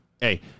hey